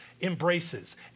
embraces